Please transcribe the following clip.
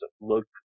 look